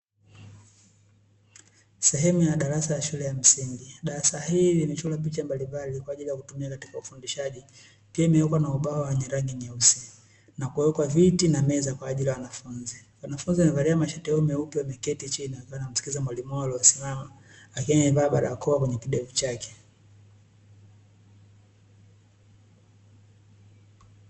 Sehemu ya darasa la shule ya msingi. Darasa hili limechorwa picha mbalimbali kwa ajili ya kutumiwa katika ufundishaji, pia limewekwa na ubao wenye rangi nyeusi na kuwekwa viti na meza kwa ajili ya wanafunzi. Wanafunzi wamevalia mashati yao meupe wameketi chini wakiwa wanamsikiliza mwalimu aliyesimama, akiwa amevaa barakoa kwenye kidevu chake.